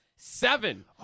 Seven